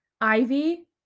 Ivy